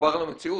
מחובר למציאות.